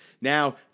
now